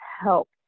help